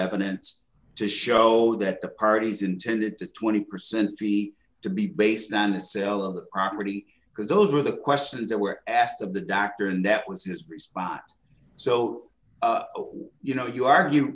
evidence to show that the parties intended to twenty percent seek to be based on a sale of property because those are the questions that were asked of the doctor and that was his response so you know if you argue